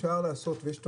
ויש,